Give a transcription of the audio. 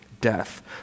death